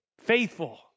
faithful